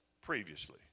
previously